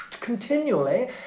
continually